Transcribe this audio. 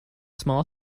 small